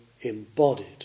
embodied